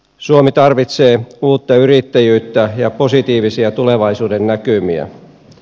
suomi tarvitsee uutta yrittäjyyttä ja positiivisia tulevaisuudennäkymiä